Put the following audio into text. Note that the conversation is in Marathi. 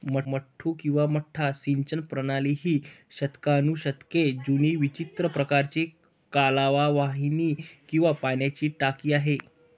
मड्डू किंवा मड्डा सिंचन प्रणाली ही शतकानुशतके जुनी विचित्र प्रकारची कालवा वाहिनी किंवा पाण्याची टाकी आहे